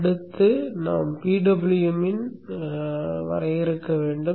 அடுத்து நாம் PWM ஐ வரையறுக்க வேண்டும்